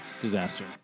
Disaster